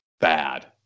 bad